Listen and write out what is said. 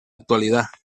actualidad